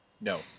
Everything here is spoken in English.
No